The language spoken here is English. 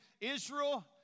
Israel